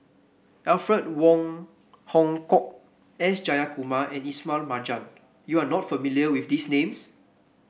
Alfred Wong Hong Kwok S Jayakumar and Ismail Marjan you are not familiar with these names